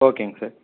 ஓகேங்க சார்